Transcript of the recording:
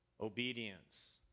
obedience